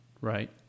Right